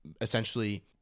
Essentially